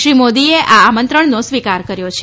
શ્રી મોદીએ આ આમંત્રણનો સ્વીકાર કર્યો છે